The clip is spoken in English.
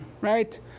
right